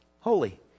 holy